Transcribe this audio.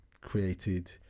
created